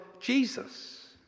Jesus